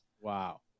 Wow